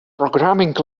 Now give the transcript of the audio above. programming